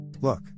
Look